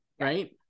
right